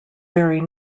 very